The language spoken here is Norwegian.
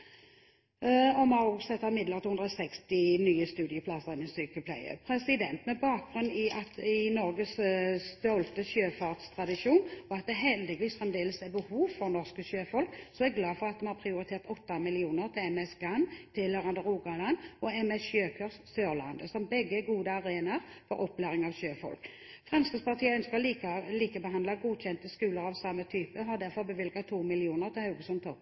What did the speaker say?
Vi har også satt av midler til 160 nye studieplasser innen sykepleie. Med bakgrunn i Norges stolte sjøfartstradisjon, og fordi det heldigvis fremdeles er behov for norske sjøfolk, er jeg glad for at vi har prioritert 8 mill. kr til MS «Gann», tilhørende i Rogaland og MS «Sjøkurs» på Sørlandet, som begge er gode arenaer for opplæring av sjøfolk. Fremskrittspartiet ønsker å likebehandle godkjente skoler av samme type og har derfor bevilget 2 mill. kr til